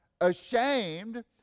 ashamed